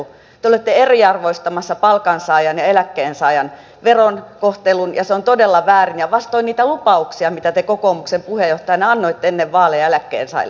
te olette eriarvoistamassa palkansaajan ja eläkkeensaajan verokohtelun ja se on todella väärin ja vastoin niitä lupauksia mitä te kokoomuksen puheenjohtajana annoitte ennen vaaleja eläkkeensaajille